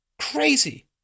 Crazy